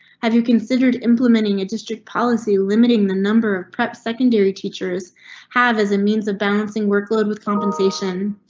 have you considered implementing a district policy limiting the number of prep secondary teachers have as a means of balancing workload with compensation?